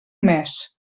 mes